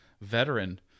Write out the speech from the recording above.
veteran